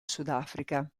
sudafrica